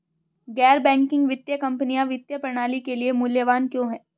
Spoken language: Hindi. गैर बैंकिंग वित्तीय कंपनियाँ वित्तीय प्रणाली के लिए मूल्यवान क्यों हैं?